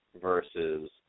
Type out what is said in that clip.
versus